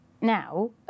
now